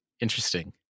Interesting